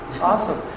Awesome